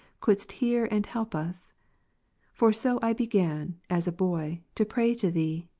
couldst hear and help us for so i began, as a boy, to pray to thee,